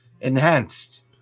enhanced